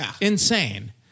insane